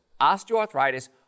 Osteoarthritis